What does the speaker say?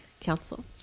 council